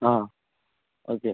ആ ഓക്കെ